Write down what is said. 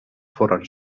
foren